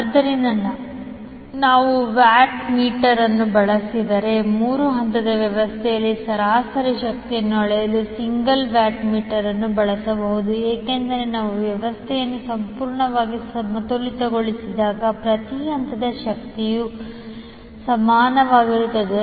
ಆದ್ದರಿಂದ ನಾವು wattmeter ಅನ್ನು ಬಳಸಿದರೆ ಮೂರು ಹಂತದ ವ್ಯವಸ್ಥೆಯಲ್ಲಿ ಸರಾಸರಿ ಶಕ್ತಿಯನ್ನು ಅಳೆಯಲು ಸಿಂಗಲ್ ವ್ಯಾಟ್ ಮೀಟರ್ ಅನ್ನು ಬಳಸಬಹುದು ಏಕೆಂದರೆ ನಾವು ವ್ಯವಸ್ಥೆಯನ್ನು ಸಂಪೂರ್ಣವಾಗಿ ಸಮತೋಲನಗೊಳಿಸಿದಾಗ ಪ್ರತಿ ಹಂತದ ಶಕ್ತಿಯು ಸಮಾನವಾಗಿರುತ್ತದೆ